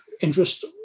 interest